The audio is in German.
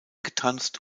getanzt